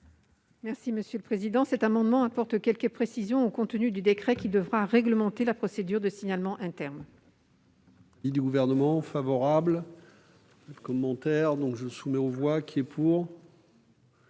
est à Mme le rapporteur. Cet amendement vise à apporter quelques précisions au contenu du décret qui devra réglementer la procédure de signalement interne.